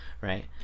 Right